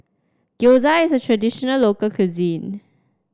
Gyoza is a traditional local cuisine